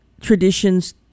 traditions